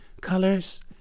colors